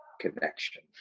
connection